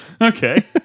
Okay